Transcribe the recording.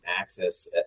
access